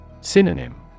Synonym